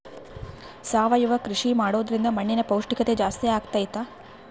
ಸಾವಯವ ಕೃಷಿ ಮಾಡೋದ್ರಿಂದ ಮಣ್ಣಿನ ಪೌಷ್ಠಿಕತೆ ಜಾಸ್ತಿ ಆಗ್ತೈತಾ?